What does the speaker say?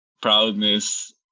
proudness